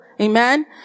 Amen